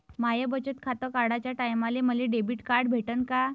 माय बचत खातं काढाच्या टायमाले मले डेबिट कार्ड भेटन का?